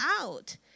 out